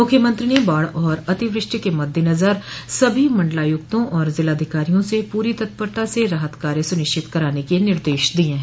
मुख्यमंत्री ने बाढ़ और अतिवृष्टि के मद्देनजर सभी मंडलायुक्तों और जिलाधिकारियों से पूरी तत्परता से राहत कार्य सुनिश्चित कराने के निर्देश दिये हैं